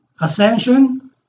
ascension